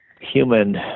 human